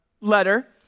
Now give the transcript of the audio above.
letter